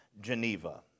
Geneva